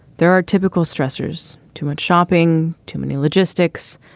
there are typical stressors, too much shopping, too many logistics,